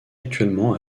actuellement